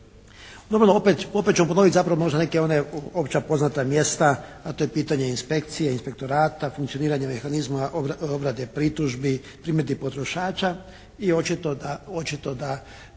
Normalno, opet ćemo ponoviti zapravo možda neke one, opća poznata mjesta, a to je pitanje inspekcije, inspektorata, funkcioniranje mehanizma, obrade pritužbi, primjedbi potrošača i očito da,